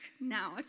now